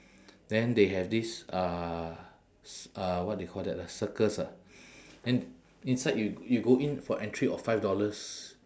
then they have this uh c~ uh what they call that ah circus ah and inside you you go in for entry of five dollars